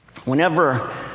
Whenever